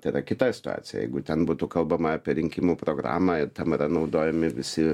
tai yra kita situacija jeigu ten būtų kalbama apie rinkimų programą ir tam yra naudojami visi